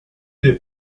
des